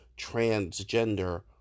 transgender